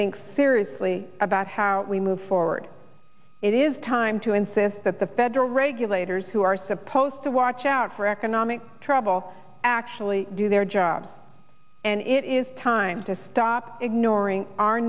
think seriously about how we move forward it is time to insist that the federal regulators who are supposed to watch out for economic trouble actually do their job and it is time to stop ignoring our